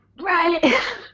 right